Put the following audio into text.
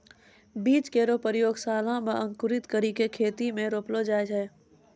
बीज केरो प्रयोगशाला म अंकुरित करि क खेत म रोपलो जाय छै